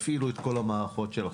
תפעילו את כל המערכות שלכם.